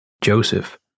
Joseph